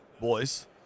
boys